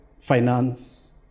finance